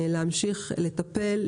להמשיך לטפל,